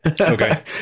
Okay